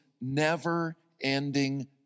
never-ending